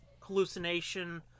hallucination